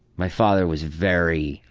my father was very.